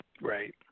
Right